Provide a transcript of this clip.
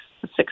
six